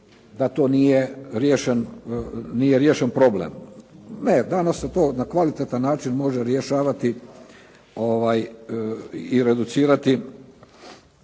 da to nije riješen problem. Ne, danas se to na kvalitetan način može rješavati i reducirati